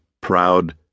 proud